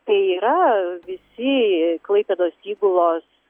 tai yra visi klaipėdos įgulos